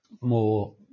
more